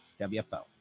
WFO